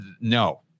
no